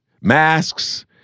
masks